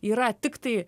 yra tiktai